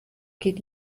geht